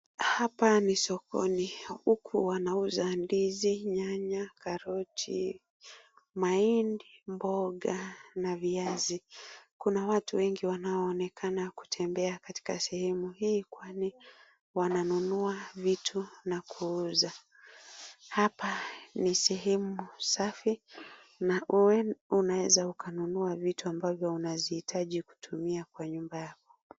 Hapa ni sokoni ambapo wanauza ndizi, nyanya, karoti, mahindi, mboga na viazi. Kuna watu wengi wanaonekana kutembea katika sehemu hii kwani wananunua vitu na kuuza. Hapa ni sehemu safi na uwe unaweza kununua vitu ambavyo unavyohitaji kutumia kwa nyumba.